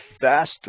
faster